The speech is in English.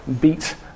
beat